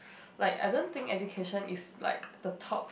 like I don't think education is like the top